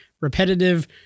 repetitive